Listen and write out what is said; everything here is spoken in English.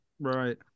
Right